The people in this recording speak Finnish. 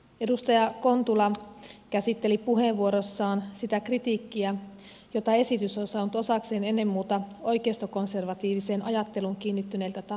edustaja kontula käsitteli puheenvuorossaan sitä kritiikkiä jota esitys on saanut osakseen ennen muuta oikeistokonservatiiviseen ajatteluun kiinnittyneiltä tahoilta